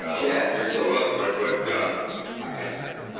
are yeah you so welcome. but but i can't thank you.